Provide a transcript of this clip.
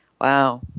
wow